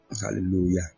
Hallelujah